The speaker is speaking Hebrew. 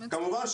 כמובן,